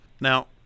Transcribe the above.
Now